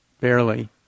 barely